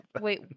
Wait